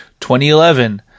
2011